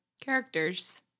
Characters